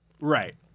Right